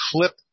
clip